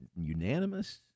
unanimous